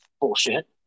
bullshit